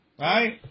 Right